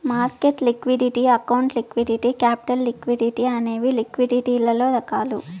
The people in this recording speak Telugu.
market liquidity account liquidity capital liquidity అనేవి లిక్విడిటీలలో రకాలు